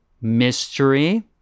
mystery